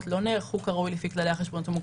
לא נערכו כראוי לפי כללי החשבונאות המוכרים.